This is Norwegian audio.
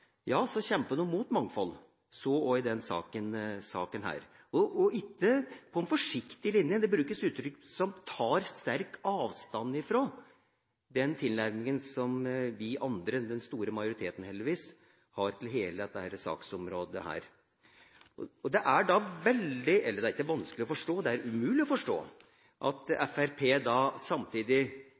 ja, så kjemper de mot mangfold – så også i denne saka. Og ikke på en forsiktig linje – det brukes uttrykk som «tar sterk avstand fra» den tilnærminga som vi andre – den store majoriteten, heldigvis – har til hele dette saksområdet. Det er veldig vanskelig – eller det er ikke vanskelig, det er umulig – å forstå at Fremskrittspartiet samtidig